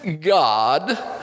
God